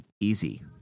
easy